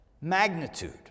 magnitude